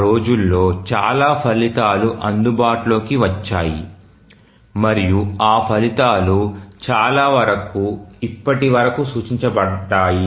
ఆ రోజుల్లో చాలా ఫలితాలు అందుబాటులోకి వచ్చాయి మరియు ఆ ఫలితాలు చాలా వరకు ఇప్పటి వరకు సూచించబడ్డాయి